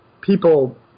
people